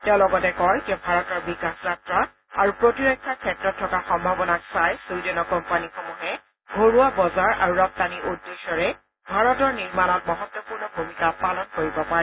তেওঁ লগতে কয় যে ভাৰতৰ বিকাশ যাত্ৰা আৰু প্ৰতিৰক্ষাৰ ক্ষেত্ৰত থকা সম্ভাৱনাক চাই চুইডেনৰ কোম্পানীসমূহে ঘৰুৱা বজাৰ আৰু ৰপ্তানিৰ উদ্দেশ্যৰে ভাৰতৰ নিৰ্মাণত মহত্তপূৰ্ণ ভূমিকা পালন কৰিব পাৰে